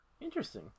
interesting